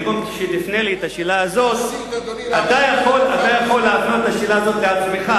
במקום שתפנה אלי את השאלה הזאת אתה יכול להפנות את השאלה הזאת לעצמך.